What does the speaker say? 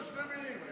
אני